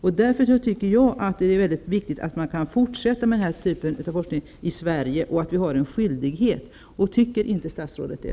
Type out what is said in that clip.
Jag menar därför att det är viktigt att vi kan fortsätta med den här typen av forskning i Sverige och att vi har en skyldighet att göra det. Tycker inte statsrådet det?